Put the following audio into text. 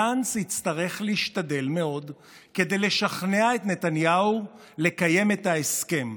גנץ יצטרך להשתדל מאוד כדי לשכנע את נתניהו לקיים את ההסכם.